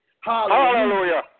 Hallelujah